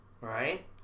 right